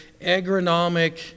agronomic